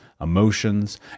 emotions